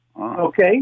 Okay